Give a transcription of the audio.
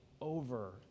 over